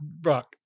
Brock